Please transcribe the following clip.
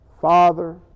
Father